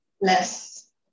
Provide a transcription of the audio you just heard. less